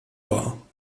war